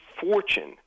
fortune